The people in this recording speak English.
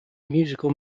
musical